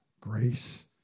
grace